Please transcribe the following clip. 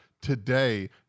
today